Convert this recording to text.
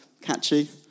catchy